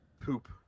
poop